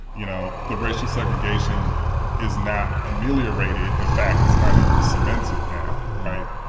you know, the racial segregation is not ameliorated. in fact, this kind of cements it now, right?